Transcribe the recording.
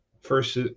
First